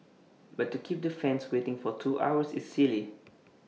but to keep the fans waiting for two hours is silly